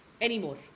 anymore